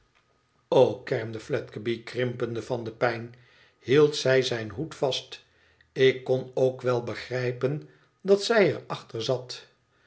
kermde fledgeby krimpende van de pijn i hield zij zijn hoed vast ik kon ook wel begrijpen dat zij er achter zat